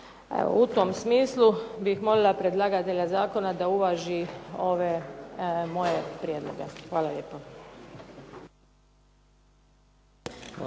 U tom smislu bih molila predlagatelja zakona da uvaži ove moje prijedloge. Hvala lijepo.